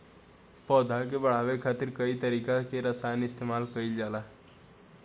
पौधा के बढ़ावे खातिर कई तरीका के रसायन इस्तमाल कइल जाता